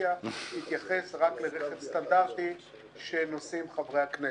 האופוזיציה יתייחס רק לרכב סטנדרטי שנושאים חברי הכנסת.